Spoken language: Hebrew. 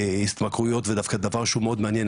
התמכרויות זה דווקא נושא מאוד מעניין,